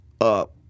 up